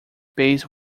base